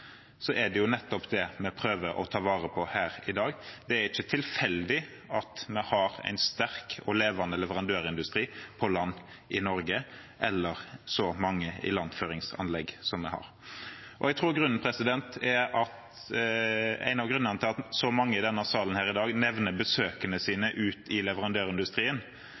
er det nettopp det vi prøver å ta vare på her i dag. Det er ikke tilfeldig at vi har en sterk og levende leverandørindustri på land i Norge eller så mange ilandføringsanlegg som vi har. Jeg tror en av grunnene til at så mange i salen i dag nevner besøkene sine ute hos leverandørindustrien,